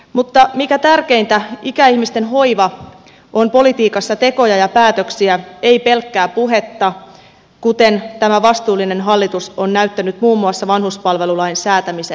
mutta mikä tärkeintä ikäihmisten hoiva on politiikassa tekoja ja päätöksiä ei pelkkää puhetta kuten tämä vastuullinen hallitus on näyttänyt muun muassa vanhuspalvelulain säätämisen myötä